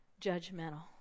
judgmental